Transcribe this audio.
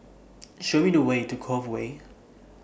Show Me The Way to Cove Way